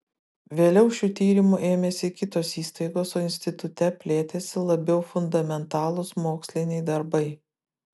vėliau šių tyrimų ėmėsi kitos įstaigos o institute plėtėsi labiau fundamentalūs moksliniai darbai